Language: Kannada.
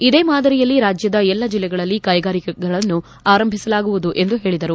ಇದೇ ಮಾದರಿಯಲ್ಲಿ ರಾಜ್ಯದ ಎಲ್ಲ ಜಿಲ್ಲೆಗಳಲ್ಲಿ ಕೈಗಾರಿಕೆಗಳನ್ನು ಆರಂಭಿಸಲಾಗುವುದು ಎಂದು ಹೇಳಿದರು